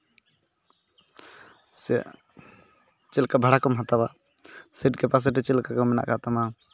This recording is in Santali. ᱥᱮ ᱪᱮᱫᱞᱮᱠᱟ ᱵᱷᱟᱲᱟ ᱠᱚᱢ ᱦᱟᱛᱟᱣᱟ ᱥᱤᱴ ᱠᱮᱯᱟᱥᱤᱴᱤ ᱪᱮᱫᱞᱮᱠᱟ ᱢᱮᱱᱟᱜ ᱠᱟᱫ ᱛᱟᱢᱟ